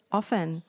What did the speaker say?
often